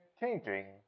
changing